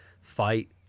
fight